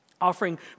Offering